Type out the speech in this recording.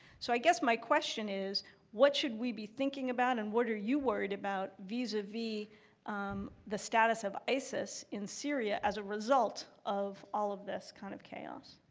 so i guess my question is what should we be thinking about, and what are you worried about vis-a-vis the status of isis in syria as a result of all of this kind of chaos?